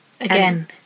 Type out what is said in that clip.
Again